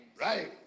Right